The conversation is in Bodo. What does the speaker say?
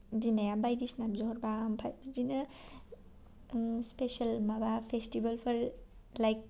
बिमाया बायदिसिना बिहरब्ला ओमफाय बिदिनो स्पेसेल माबा फेस्टिभेलफोर लाइक